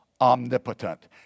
omnipotent